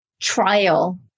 trial